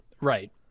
Right